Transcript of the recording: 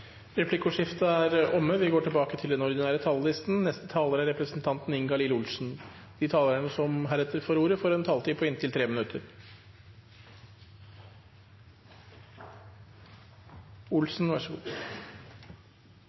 Replikkordskiftet er omme. De talere som heretter får ordet, har en taletid på inntil 3 minutter.